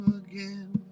again